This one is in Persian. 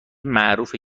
معروفه